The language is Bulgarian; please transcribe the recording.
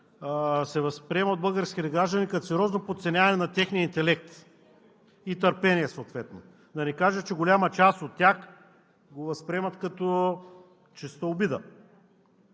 се възприема от българските граждани като сериозно подценяване на техния интелект и търпение съответно. За да не кажа, че голяма част от тях го възприемат като чиста обида.